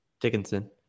dickinson